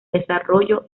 desarrollo